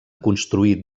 construí